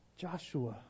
Joshua